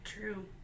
True